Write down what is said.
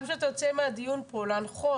גם כשאתה יוצא מהדיון פה להנחות,